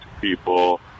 people